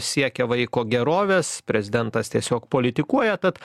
siekia vaiko gerovės prezidentas tiesiog politikuoja tad